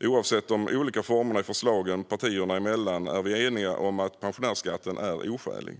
Oavsett de olika formerna i förslagen partierna emellan är vi eniga om att pensionärsskatten är oskälig.